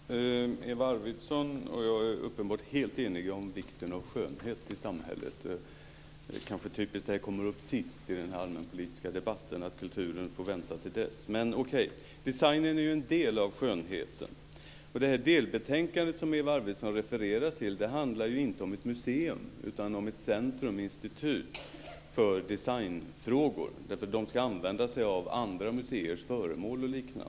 Herr talman! Eva Arvidsson och jag är uppenbart helt eniga om vikten av skönhet i samhället. Det är kanske typiskt att vi får vänta till sist innan kulturen kommer upp i den allmänpolitiska debatten, men okej. Designen står för en del av skönheten. Det delbetänkande som Eva Arvidsson refererar till handlar ju inte om ett museum utan om ett centruminstitut för designfrågor. Det ska bl.a. använda sig av andra museers föremål.